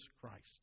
Christ